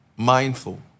mindful